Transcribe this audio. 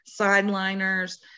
Sideliners